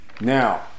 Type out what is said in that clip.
Now